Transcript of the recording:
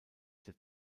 der